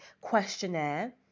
questionnaire